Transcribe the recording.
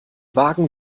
wagen